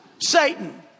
Satan